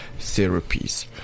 therapies